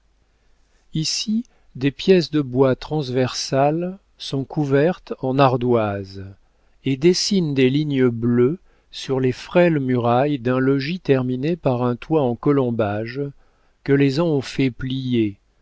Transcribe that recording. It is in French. ici des pièces de bois transversales sont couvertes en ardoises et dessinent des lignes bleues sur les frêles murailles d'un logis terminé par un toit en colombage que les ans ont fait plier